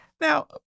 Now